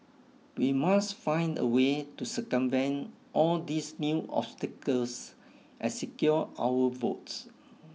we must find a way to circumvent all these new obstacles and secure our votes